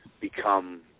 become